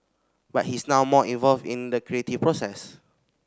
but he's now more involved in the creative process